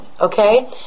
okay